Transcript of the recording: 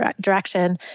direction